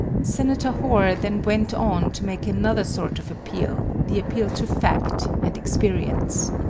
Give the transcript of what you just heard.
senator hoar then went on to make another sort of appeal the appeal to fact and experience